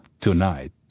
tonight